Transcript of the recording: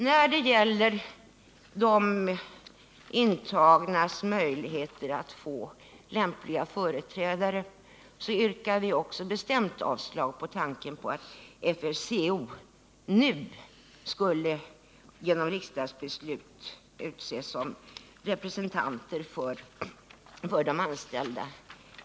När det gäller de intagnas möjligheter att få lämpliga företrädare yrkar vi också bestämt avslag på tanken på att FFCO nu skulle genom riksdagsbeslut utses som representanter för de intagna.